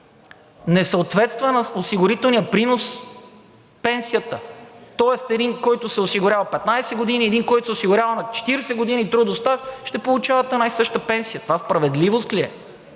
Не съответства на осигурителния принос пенсията, тоест един, който се осигурява 15 години, и един, който се осигурява на 40 години трудов стаж, ще получават една и съща пенсия. Това справедливост ли е?